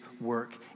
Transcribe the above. work